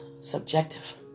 Subjective